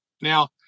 Now